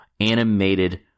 animated